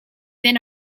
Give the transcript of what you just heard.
been